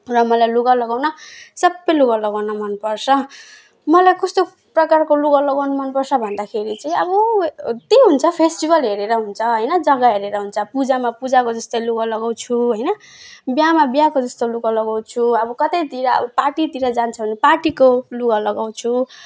र मलाई लुगा लगाउन सबै लुगा लगाउन मनपर्छ मलाई कस्तो प्रकारको लुगा लगाउन मनपर्छ भन्दाखेरि चाहिँ अब त्यही हुन्छ फेस्टिभल हेरेर हुन्छ होइन जग्गा हेरेर हुन्छ पूजामा पूजाको जस्तै लुगा लगाउँछु होइन बिहामा बिहाको जस्तो लुगा लगाउँछु अब कतैतिर पार्टीतिर जानु छ भने पार्टीको लुगा लगाउँछु